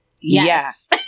yes